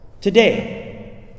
Today